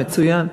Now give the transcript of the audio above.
מצוין.